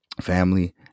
Family